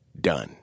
done